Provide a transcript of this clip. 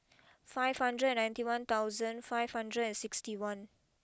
five hundred ninety one thousand five hundred and sixty one